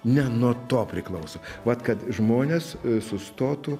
ne nuo to priklauso vat kad žmonės sustotų